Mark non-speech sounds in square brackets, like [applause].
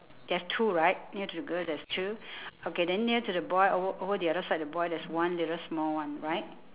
there's two right near to the girl there's two [breath] okay then near to the boy o~ over the other side the boy there's one little small one right